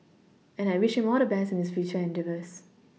and I wish all the best in his future endeavours